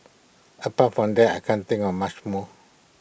apart from that I can't think of much more